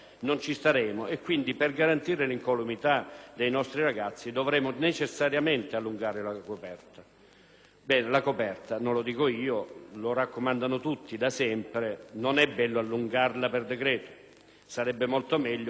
Però la coperta - non lo dico io, lo raccomandano tutti da sempre - non è bello allungarla per decreto; sarebbe molto meglio una seria e pacata discussione, non di una mattinata come oggi, circa il metodo da voler seguire per il futuro.